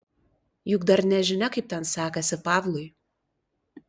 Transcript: juk dar nežinia kaip ten sekasi pavlui